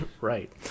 Right